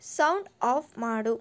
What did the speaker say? sound off ಮಾಡು